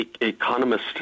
economist